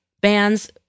bands